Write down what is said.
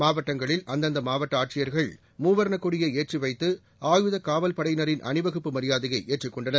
மாவட்டங்களில் அந்தந்த மாவட்ட ஆட்சியர்கள் மூவர்ணக் கொடியை ஏற்றி வைத்து ஆயுதக் காவல் படையினரின் அணிவகுப்பு மரியாதையை ஏற்றுக் கொண்டனர்